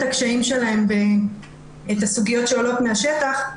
הקשיים שלהן ואת הסוגיות שעולות מהשטח.